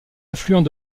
affluents